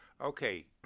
Okay